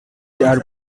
are